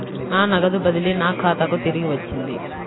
నా నగదు బదిలీ నా ఖాతాకు తిరిగి వచ్చింది